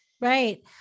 Right